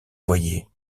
voyait